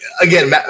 Again